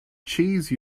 cheese